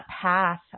path